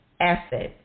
asset